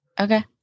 Okay